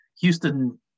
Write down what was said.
Houston